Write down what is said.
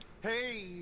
Hey